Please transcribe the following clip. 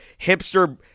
hipster